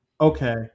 Okay